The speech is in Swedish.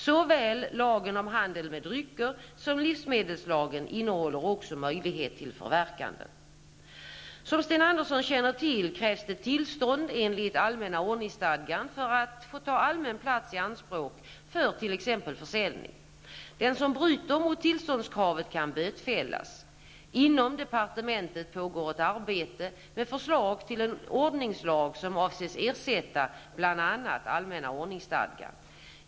Såväl lagen om handel med drycker som livsmedelslagen innehåller också möjlighet till förverkanden. Som Sten Andersson känner till, krävs det tillstånd enligt allmänna ordningsstadgan för att ta allmän plats i anspråk för t.ex. försäljning. Den som bryter mot tillståndskravet kan bötfällas. Inom departementet pågår ett arbete med förslag till en ordningslag som avses ersätta bl.a. allmänna ordningsstadgan.